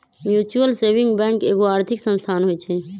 mutual saving bank एगो आर्थिक संस्थान होइ छइ